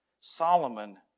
Solomon